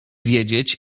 wiedzieć